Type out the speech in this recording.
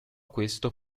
questo